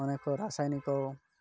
ଅନେକ ରାସାୟନିକ